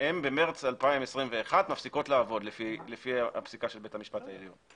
במרץ 2021 הן מפסיקות לעבוד לפי הפסיקה של בית המשפט העליון,